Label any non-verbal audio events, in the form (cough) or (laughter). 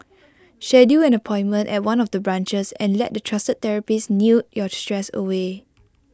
(noise) schedule an appointment at one of the branches and let the trusted therapists knead your stress away